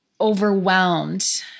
overwhelmed